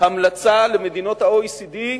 עכשיו להמליץ למדינות ה-OECD